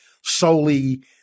solely